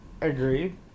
Agreed